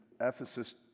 Ephesus